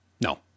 No